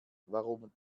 warum